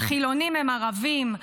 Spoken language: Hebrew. החילונים הם ערבים,